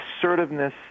assertiveness